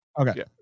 okay